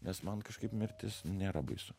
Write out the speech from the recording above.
nes man kažkaip mirtis nėra baisu